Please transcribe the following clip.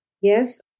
Yes